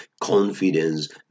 Confidence